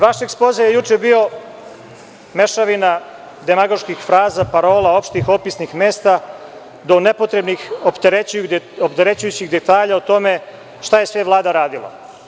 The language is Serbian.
Vaš Ekspoze je juče bio mešavina demagoških fraza, parola opštih opisnih mesta, do nepotrebnih, opterećujućih detalja o tome šta je sve Vlada radila.